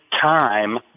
time